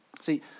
See